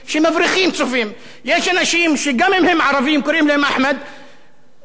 יש אנשים שגם אם הם ערבים וקוראים להם אחמד דווקא משפרים את הרייטינג.